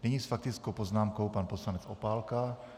Nyní s faktickou poznámkou pan poslanec Opálka.